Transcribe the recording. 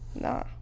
Nah